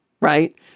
right